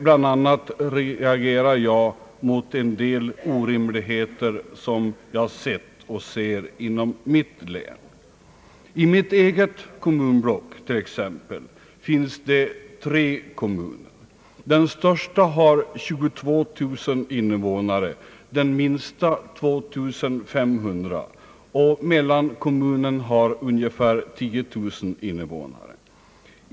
Bland annat reagerar jag mot en del orimligheter som jag sett inom mitt län. I mitt eget kommunblock t.ex. finns tre kommuner. Den största har 22 000 invånare, den minsta 2 300 och mellankommunen ungefär 10 000.